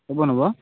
ଏବେ ନେବ